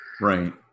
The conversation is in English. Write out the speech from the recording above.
Right